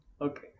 Okay